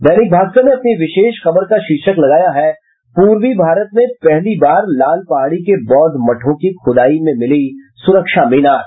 दैनिक भास्कर ने अपनी विशेष खबर का शीर्षक लगाया है पूर्वी भारत में पहली बार लाल पहाड़ी के बौद्ध मठों की खुदाई में मिली सुरक्षा मीनार